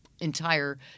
entire